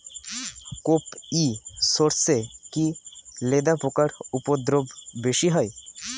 কোপ ই সরষে কি লেদা পোকার উপদ্রব বেশি হয়?